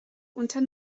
unter